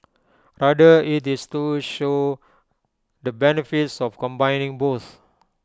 rather IT is to show the benefits of combining both